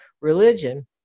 religion